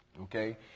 Okay